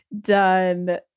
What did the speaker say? done